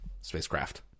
spacecraft